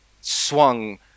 swung